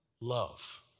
love